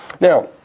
Now